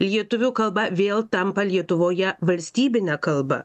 lietuvių kalba vėl tampa lietuvoje valstybine kalba